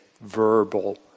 verbal